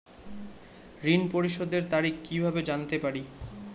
ঋণ পরিশোধের তারিখ কিভাবে জানতে পারি?